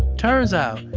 turns out,